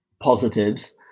positives